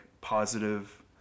positive